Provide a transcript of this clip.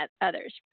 others